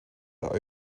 are